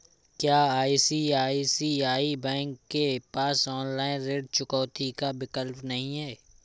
क्या आई.सी.आई.सी.आई बैंक के पास ऑनलाइन ऋण चुकौती का विकल्प नहीं है?